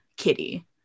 Kitty